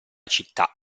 città